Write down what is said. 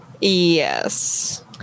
Yes